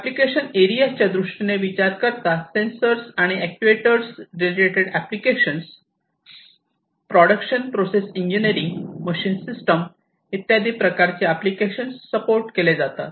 application एरियाच्या दृष्टीने विचार करता सेंसर आणि actuators related application production process engineering machine system इत्यादी प्रकारचे एप्लिकेशन्स सपोर्ट केले जातात